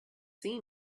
see